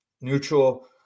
neutral